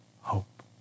hope